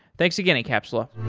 thanks again incapsula